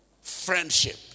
friendship